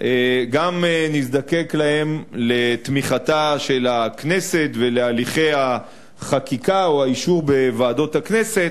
גם נזדקק לתמיכתה של הכנסת ולהליכי החקיקה או האישור בוועדות הכנסת.